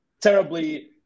terribly